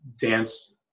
dance